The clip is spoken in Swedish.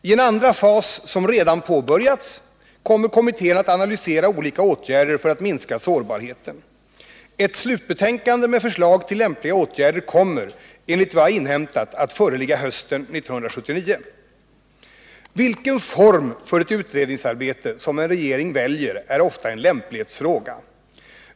I en andra fas som redan påbörjats kommer kommittén att analysera olika åtgärder för att minska sårbarheten. Et slutbetänkande med förslag till lämpliga åtgärder kommer, enligt vad jag inhämtat, att föreligga hösten 1979. Vilken form för ett utredningsarbete som en regering väljer är ofta en lämplighetsfråga.